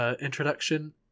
introduction